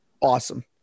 Awesome